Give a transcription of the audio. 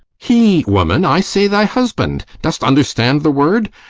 he, woman i say thy husband dost understand the word?